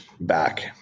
back